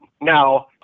Now